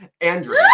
Andrew